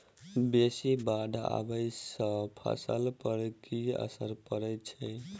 बेसी बाढ़ आबै सँ फसल पर की असर परै छै?